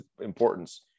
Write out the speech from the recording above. importance